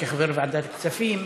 כחבר בוועדת כספים,